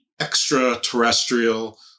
extraterrestrial